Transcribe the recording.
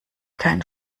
keinen